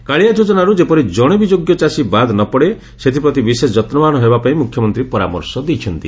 କାଳିଆ ଯୋଜନାରୁ ଯେପରି ଜଣେ ବି ଯୋଗ୍ୟ ଚାଷୀ ବାଦ ନ ପଡ଼େ ସେଥିପ୍ରତି ବିଶେଷ ଯତ୍ନବାନ ହେବା ପାଇଁ ମୁଖ୍ୟମନ୍ତୀ ପରାମର୍ଶ ଦେଇଛନ୍ତି